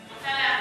אני רוצה להביע,